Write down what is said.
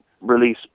release